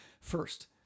First